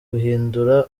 guhindura